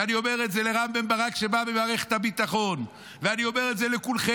ואני אומר את זה לרם בן ברק שבא ממערכת הביטחון ואני אומר את זה לכולכם,